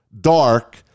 dark